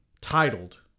titled